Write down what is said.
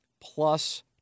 plus